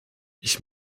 ich